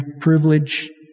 privilege